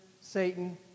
Satan